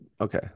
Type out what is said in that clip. Okay